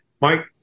Mike